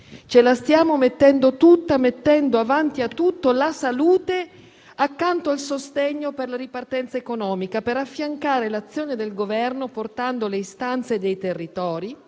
Ce la stiamo mettendo tutta, ponendo davanti a tutto la salute, accanto al sostegno per la ripartenza economica, per affiancare l'azione del Governo, portando come Parlamento le istanze dei territori